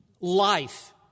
life